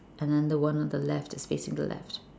and then the one on the left is facing the left